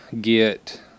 get